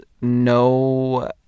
no